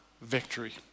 victory